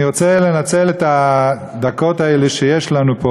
אני רוצה לנצל את הדקות האלה שיש לנו פה